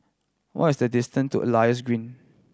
what is the distant to Elias Green